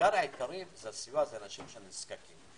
עיקר העיקרים זה הסיוע לאנשים שנזקקים.